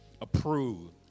approved